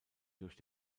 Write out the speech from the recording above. durch